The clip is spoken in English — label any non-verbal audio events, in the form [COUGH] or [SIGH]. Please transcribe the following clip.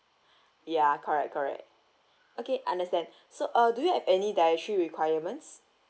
[BREATH] ya correct correct okay understand [BREATH] so uh do you have any dietary requirements